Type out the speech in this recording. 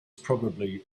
probably